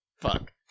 Fuck